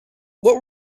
what